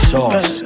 Sauce